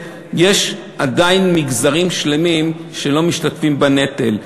שיש עדיין מגזרים שלמים שלא משתתפים בנטל.